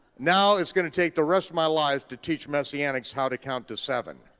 now it's gonna take the rest of my life to teach messianics how to count to seven.